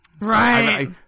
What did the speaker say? right